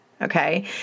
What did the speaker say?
Okay